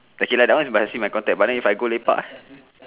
okay lah that one must see my contact but then if I go lepak